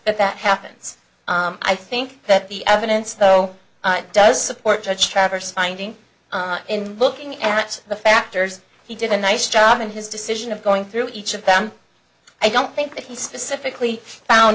that that happens i think that the evidence though does support judge traverse finding in looking at the factors he did a nice job in his decision of going through each of them i don't think that he specifically found